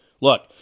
Look